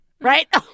Right